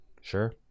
Sure